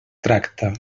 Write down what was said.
tracta